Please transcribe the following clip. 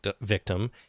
victim